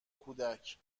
کودک